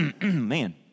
Man